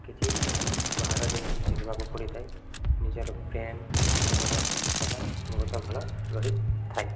କିଛି ବାହାର ଜିନିଷ ଶିଖିବାକୁ ପଡ଼ିଥାଏ ନିଜର ବ୍ରେନ୍ ନିଜର ବହୁତ ଭଲ ରହିଥାଏ